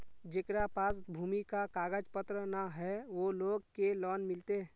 जेकरा पास भूमि का कागज पत्र न है वो लोग के लोन मिलते?